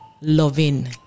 loving